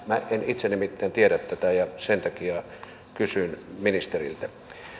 minä en itse nimittäin tiedä tätä ja sen takia kysyn ministeriltä